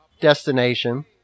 destination